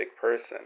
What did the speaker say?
person